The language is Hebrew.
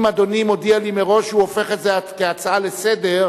דיווח שר בדבר אי-התקנת תקנות במועד).